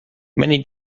many